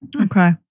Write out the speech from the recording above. Okay